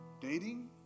dating